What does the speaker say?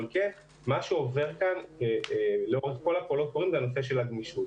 אבל מה שעובר כאן לאורך כל הקולות קוראים זה הנושא של הגמישות.